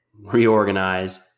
reorganize